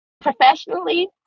Professionally